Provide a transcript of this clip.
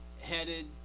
headed